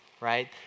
right